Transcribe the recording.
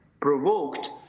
provoked